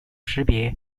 识别